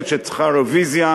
בישראל, שצריכה רוויזיה.